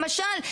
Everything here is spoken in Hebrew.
למשל,